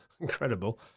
Incredible